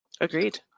Agreed